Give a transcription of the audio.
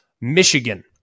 Michigan